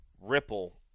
ripple